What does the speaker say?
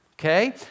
Okay